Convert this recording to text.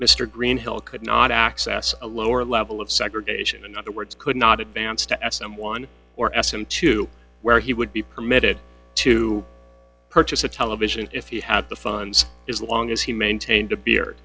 mr greenhill could not access a lower level of segregation in other words could not advance to s someone or ask him to where he would be permitted to purchase a television if he had the funds as long as he maintained a be